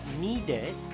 needed